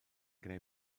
gwneud